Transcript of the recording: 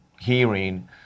hearing